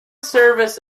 service